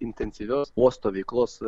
intensyvios uosto veiklos